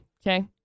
okay